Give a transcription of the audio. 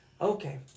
Okay